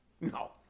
No